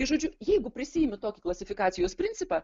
žodžiu jeigu prisiimi tokį klasifikacijos principą